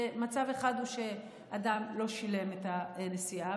מצב אחד הוא שאדם לא שילם על הנסיעה,